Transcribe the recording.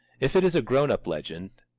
if it is a grown-up legend,